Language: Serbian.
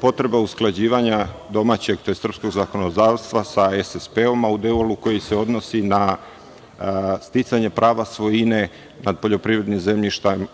potreba usklađivanja domaćeg, to jest srpskog zakonodavstva sa SSP, a u delu koji se odnosi na sticanje prava svojine nad poljoprivrednim